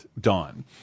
Dawn